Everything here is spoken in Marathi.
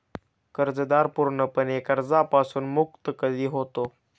कर्जदार पूर्णपणे कर्जापासून मुक्त कधी होतो?